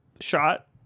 shot